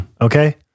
Okay